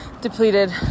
depleted